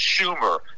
Schumer